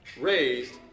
raised